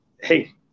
hey